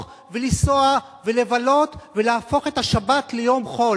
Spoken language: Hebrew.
ולנסוע ולבלות ולהפוך את השבת ליום חול.